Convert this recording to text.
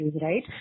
right